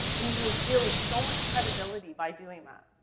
and you will build so much credibility by doing that.